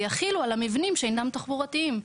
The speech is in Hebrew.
ויחילו על המבנים שאינם תחבורתיים.